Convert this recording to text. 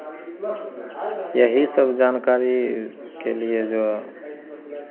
यही सब जानकारी के लिए जो